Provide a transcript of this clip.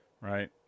right